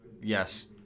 Yes